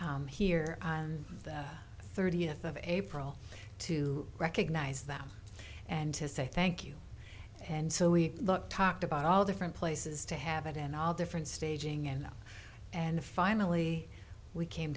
here on the thirtieth of april to recognize them and to say thank you and so we looked talked about all different places to have it and all different staging enough and finally we came